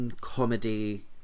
comedy